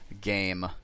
game